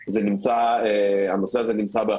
הנושא הזה נמצא באחריותה